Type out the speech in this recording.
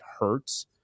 hurts